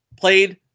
played